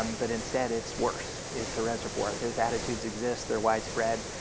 um but instead it's worse it's a reservoir. those attitudes exist, they're widespread.